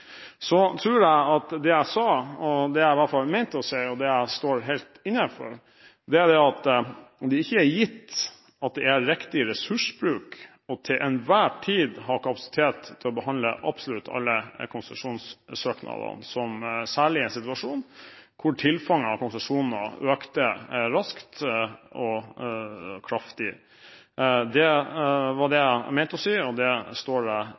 Det jeg sa – det jeg i hvert fall mente å si – og som jeg står helt inne for, er at det er ikke gitt at det er riktig ressursbruk til enhver tid å ha kapasitet til å behandle absolutt alle konsesjonssøknadene, særlig i en situasjon der tilfanget av konsesjoner økte raskt og kraftig. Det var det jeg mente å si, og det står jeg inne for. Det